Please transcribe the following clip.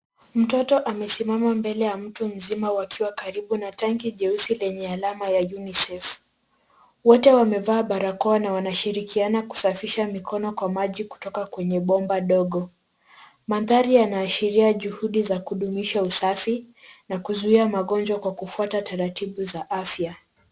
Mtoto amesimama mbele ya mtu mzima, wakiwa karibu na tanki jeusi lenye alama ya UNICEF. Wote wamevaa barakoa na wanashirikiana kusafisha mikono kwa maji kutoka kwenye bomba ndogo. Mandhari yanaashiria juhudi za kudumisha usafi na kuzuia magonjwa kwa kufuata taratibu za afya.